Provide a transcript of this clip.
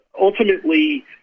ultimately